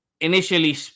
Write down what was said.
initially